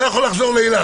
הוא לא יכול לחזור לאילת,